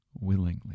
willingly